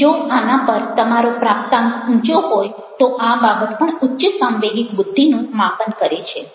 જો આના પર તમારો પ્રાપ્તાંક ઊંચો હોય તો આ બાબત પણ ઉચ્ચ સાંવેગિક બુદ્ધિનું માપન કરે છે